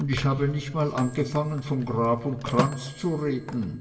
un ich habe nich mal angefangen von grab un kranz zu reden